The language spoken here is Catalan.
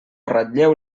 ratlleu